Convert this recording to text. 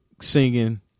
singing